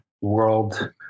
World